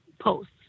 posts